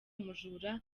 umujura